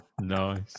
Nice